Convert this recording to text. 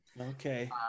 Okay